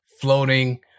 floating